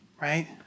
right